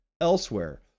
elsewhere